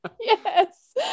yes